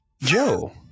Joe